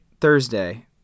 Thursday